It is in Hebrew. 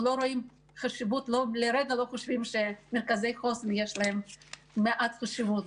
אנחנו לרגע לא חושבים שמרכזי החוסן פחות חשובים.